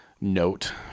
note